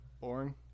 boring